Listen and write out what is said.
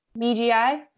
BGI